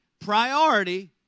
priority